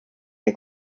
der